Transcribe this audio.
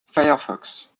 firefox